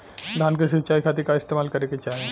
धान के सिंचाई खाती का इस्तेमाल करे के चाही?